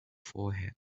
forehead